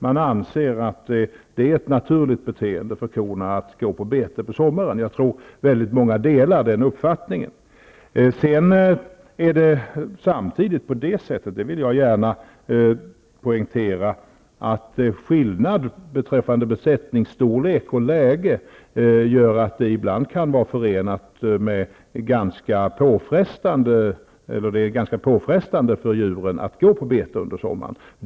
Man anser att det är ett naturligt beteende för korna att gå på bete på sommaren. Jag tror att många delar den uppfattningen. Jag vill gärna poängtera att skillnaden beträffande besättningsstorlek och läge gör att det ibland kan vara ganska påfrestande för djuren att gå på bete under sommaren.